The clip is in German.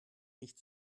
nicht